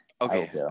Okay